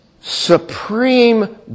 supreme